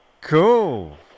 Cool